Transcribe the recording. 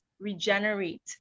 regenerate